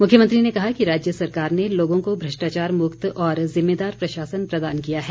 मुख्यमंत्री ने कहा कि राज्य सरकार ने लोगों को भ्रष्टाचार मुक्त और जिम्मेदार प्रशासन प्रदान किया है